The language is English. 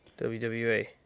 WWE